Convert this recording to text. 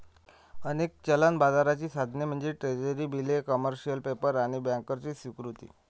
अनेक चलन बाजाराची साधने म्हणजे ट्रेझरी बिले, कमर्शियल पेपर आणि बँकर्सची स्वीकृती